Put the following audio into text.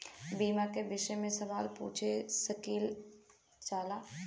बीमा के विषय मे सवाल पूछ सकीलाजा?